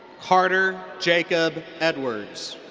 carter jacob edwards.